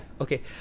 okay